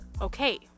okay